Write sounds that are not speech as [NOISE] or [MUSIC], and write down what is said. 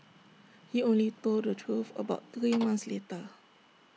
he only told the truth about [NOISE] three months later